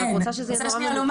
אני רק רוצה שזה יהיה נורא ממוקד.